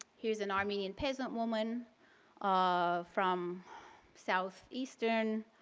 here is an armenian peasant woman um from south eastern